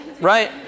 Right